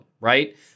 right